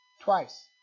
twice